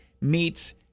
meets